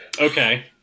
Okay